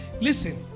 Listen